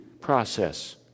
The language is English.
process